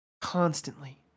constantly